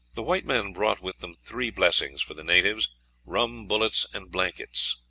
the white men brought with them three blessings for the natives rum, bullets, and blankets.